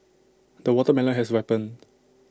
the watermelon has ripened